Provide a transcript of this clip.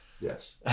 yes